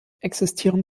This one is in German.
existieren